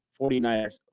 49ers